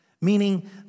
Meaning